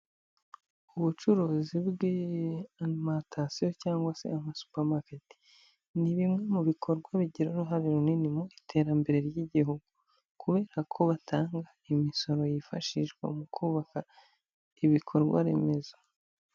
Ubucuruzi bwa arimantasiyo cyangwa se amasupamaketi, ni bimwe mu bikorwa bigira uruhare runini mu iterambere ry'Igihugu, kubera ko batanga imisoro yifashishwa mu kubaka ibikorwaremezo.